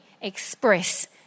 express